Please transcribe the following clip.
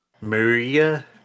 Maria